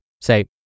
Say